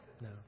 no